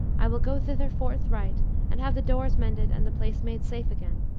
i will go thither forthright and have the doors mended and the place made safe again,